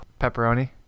pepperoni